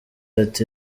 ati